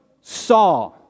saw